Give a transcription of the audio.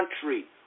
country